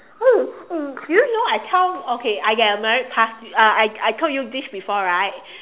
eh eh do you know I tell okay I get a merit pass uh I I I told you this before right